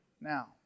now